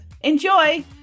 Enjoy